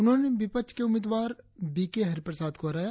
उन्होंने विपक्ष के उम्मीदवाद बी के हरिप्रसाद को हराया